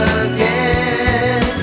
again